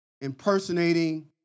impersonating